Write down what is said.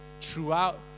throughout